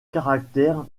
caractère